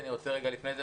אבל אני רוצה לפני זה,